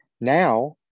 now